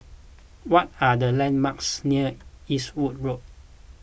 what are the landmarks near Eastwood Road